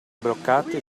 bloccate